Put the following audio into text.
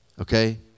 okay